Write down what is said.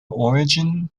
origin